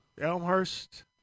Elmhurst